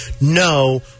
no